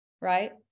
right